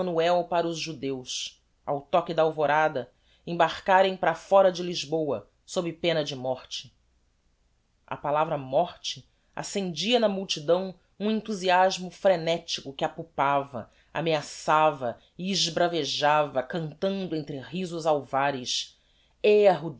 para os judeus ao toque da alvorada embarcarem para fóra de lisboa sob pena de morte a palavra morte accendia na multidão um enthusiasmo frenetico que apupava ameaçava e esbravejava cantando entre risos alvares ea